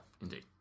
Indeed